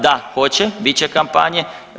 Da, hoće, bit će kampanje.